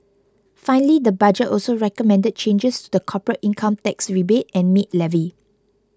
finally the budget also recommended changes to the corporate income tax rebate and maid levy